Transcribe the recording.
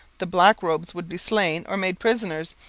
the black-robes would be slain or made prisoners,